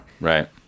Right